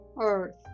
earth